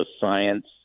science